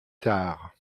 tard